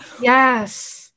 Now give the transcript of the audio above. yes